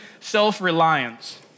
self-reliance